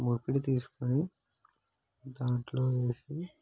మూకటి తీసుకొని దానిలో వేసి